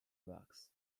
box